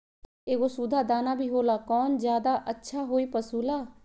एगो सुधा दाना भी होला कौन ज्यादा अच्छा होई पशु ला?